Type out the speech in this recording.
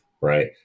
Right